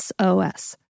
SOS